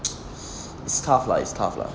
it's tough lah it's tough lah